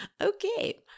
Okay